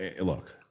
Look